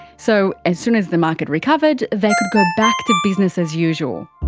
so as soon as the market recovered, they could go back to business as usual.